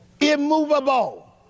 immovable